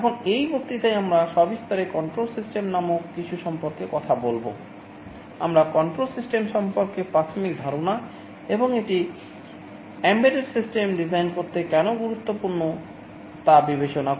এখন এই বক্তৃতায় আমরা কন্ট্রোল সিস্টেম ডিজাইন করতে কেন গুরুত্বপূর্ণ তা বিবেচনা করব